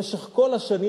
במשך כל השנים,